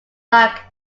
like